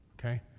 Okay